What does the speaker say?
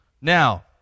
now